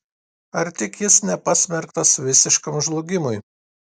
ar tik jis nepasmerktas visiškam žlugimui